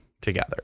together